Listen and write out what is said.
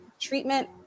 treatment